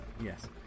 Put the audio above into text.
yes